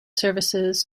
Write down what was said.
services